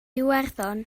iwerddon